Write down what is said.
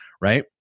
right